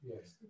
Yes